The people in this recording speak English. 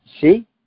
See